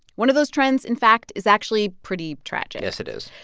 one of those trends, in fact, is actually pretty tragic yes, it is.